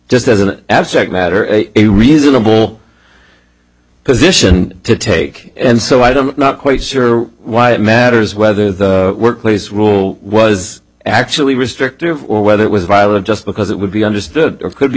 just as an abstract matter a reasonable because this is to take and so i don't not quite sure why it matters whether the workplace rule was actually restrictive or whether it was violent just because it would be understood or could be